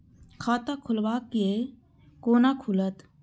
खाता खोलवाक यै है कोना खुलत?